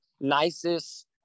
nicest